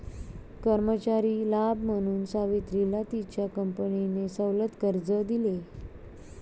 कर्मचारी लाभ म्हणून सावित्रीला तिच्या कंपनीने सवलत कर्ज दिले